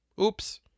Oops